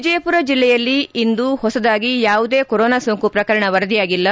ವಿಜಯಪುರ ಜೆಲ್ಲೆಯಲ್ಲಿ ಇಂದು ಹೊಸದಾಗಿ ಯಾವುದೇ ಕೊರೊನಾ ಸೋಂಕು ಪ್ರಕರಣ ವರದಿಯಾಗಿಲ್ಲ